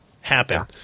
happen